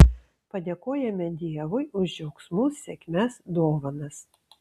padėkojame dievui už džiaugsmus sėkmes dovanas